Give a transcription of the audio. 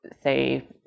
say